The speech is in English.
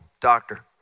doctor